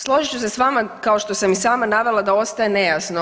Složit ću se s vama, kao što sam i sama navela da ostaje nejasno.